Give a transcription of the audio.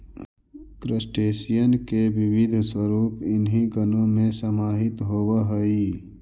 crustacean के विविध स्वरूप इन्हीं गणों में समाहित होवअ हई